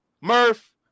Murph